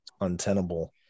untenable